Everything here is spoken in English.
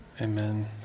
Amen